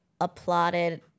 applauded